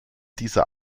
dieser